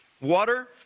Water